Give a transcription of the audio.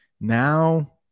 now